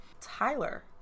Tyler